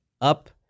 up